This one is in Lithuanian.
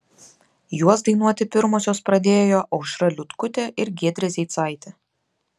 juos dainuoti pirmosios pradėjo aušra liutkutė ir giedrė zeicaitė